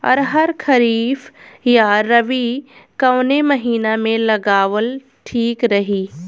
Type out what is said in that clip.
अरहर खरीफ या रबी कवने महीना में लगावल ठीक रही?